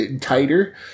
tighter